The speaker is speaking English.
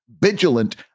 vigilant